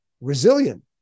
resilient